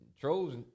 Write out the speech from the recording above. trolls